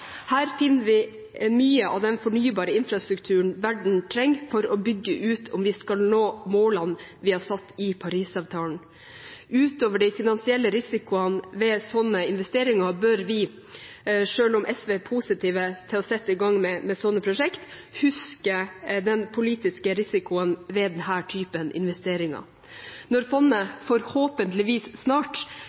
Her finner vi mye av den fornybare infrastrukturen verden trenger for å bygge ut om vi skal nå målene vi har satt oss i Paris-avtalen. Utover de finansielle risikoene ved slike investeringer bør vi, selv om SV er positive til å sette i gang med slike prosjekter, huske den politiske risikoen ved denne typen investeringer. Når fondet forhåpentligvis snart